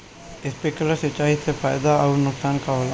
Sprinkler सिंचाई से फायदा अउर नुकसान का होला?